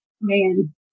man